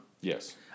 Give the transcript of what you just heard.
Yes